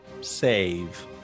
save